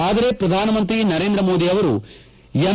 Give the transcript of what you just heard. ಆದರೆ ಪ್ರಧಾನಮಂತ್ರಿ ನರೇಂದ್ರ ಮೋದಿ ಅವರು ಎಂ